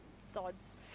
sods